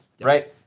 right